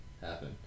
happen